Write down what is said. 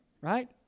Right